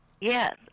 Yes